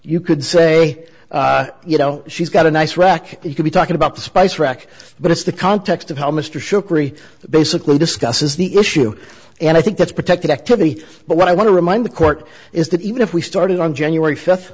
you could say you know she's got a nice rack you could be talking about the spice rack but it's the context of how mr sugary basically discusses the issue and i think that's protected activity but what i want to remind the court is that even if we started on january